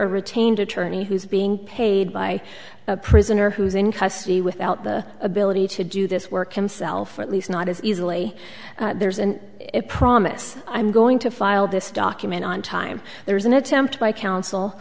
here retained attorney who's being paid by a prisoner who is in custody without the ability to do this work himself or at least not as easily there's an a promise i'm going to file this document on time there's an attempt by coun